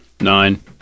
Nine